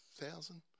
thousand